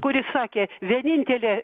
kuris sakė vienintelė